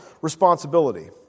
responsibility